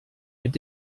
mit